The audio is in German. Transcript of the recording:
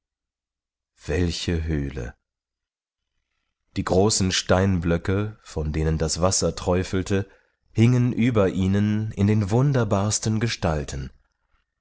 welche höhle die großen steinblöcke von denen das wasser träufelte hingen über ihnen in den wunderbarsten gestalten